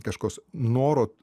kažkoks noro